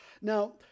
Now